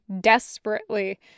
desperately